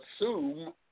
assume